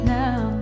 now